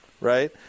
right